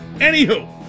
anywho